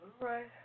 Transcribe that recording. right